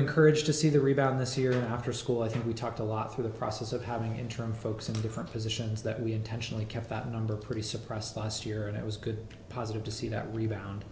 encouraged to see the rebound this year after school i think we talked a lot through the process of having interim folks in different positions that we intentionally kept that under pretty suppressed last year and it was good positive to see that rebound